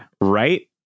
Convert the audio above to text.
right